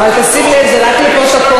ואת חברת הכנסת נאוה בוקר,